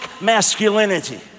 masculinity